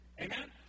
Amen